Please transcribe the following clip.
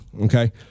Okay